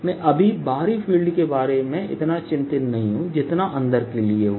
मैं अभी बाहरी फील्ड के बारे में इतना चिंतित नहीं हूं जितना अंदर के लिए हो